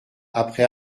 après